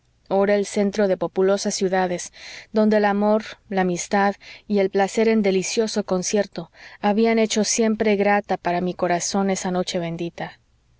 ora al centro de populosas ciudades donde el amor la amistad y el placer en delicioso concierto habían hecho siempre grata para mi corazón esa noche bendita